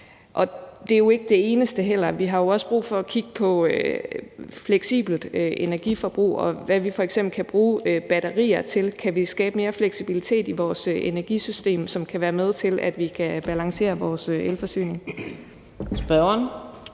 Og det er jo heller ikke det eneste. Vi har også brug for at kigge på fleksibelt energiforbrug, og hvad vi f.eks. kan bruge batterier til. Kan vi skabe mere fleksibilitet i vores energisystem, som kan være med til, at vi kan balancere vores elforsyning? Kl.